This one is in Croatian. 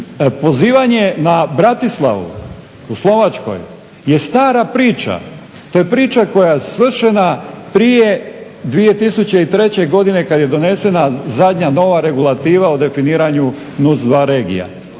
Pozivanje na Bratislavu u Slovačkoj je stara priča, to je priča koja je svršena prije 2003.godine kada je donesena zadnja nova regulativa o definiranju NUC 2 regija,